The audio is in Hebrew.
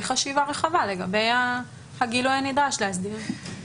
חשיבה רחבה לגבי הגילוי הנדרש להסדיר את זה.